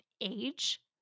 age